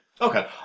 okay